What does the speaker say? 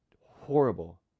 horrible